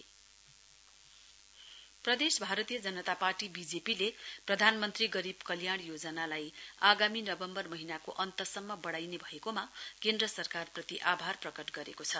BJP प्रदेश Bharatiya Janata party बीजेपीले प्रधानमन्त्री गरीब कल्याण योजनालाई आगामी नवम्बर महीना अन्तसम्म बडाइने भएकोमा केन्द्र सरकारप्रति आभार प्रकट गरेको छ